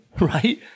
Right